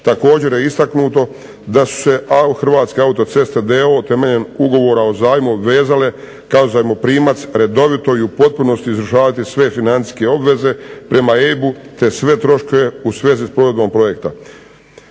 Također je istaknuto da su se Hrvatske autoceste d.o.o. temeljem ugovora o zajmu obvezale kao zajmoprimac redovito i u potpunosti izvršavati sve financijske obveze prema …/Ne razumije se./… te sve troškove u svezi s provedbom projekta.